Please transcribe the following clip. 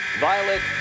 Violet